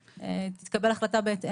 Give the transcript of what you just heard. ותתקבל החלטה בהתאם.